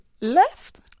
left